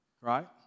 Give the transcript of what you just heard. right